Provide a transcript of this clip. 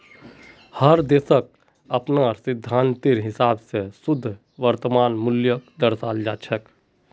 हर देशक अपनार सिद्धान्तेर हिसाब स शुद्ध वर्तमान मूल्यक दर्शाल जा छेक